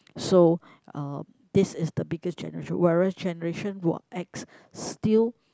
so uh this the biggest generation whereas generation were X still